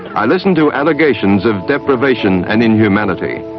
i listened to allegations of deprivation and inhumanity,